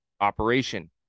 operation